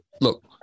look